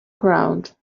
crowd